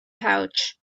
pouch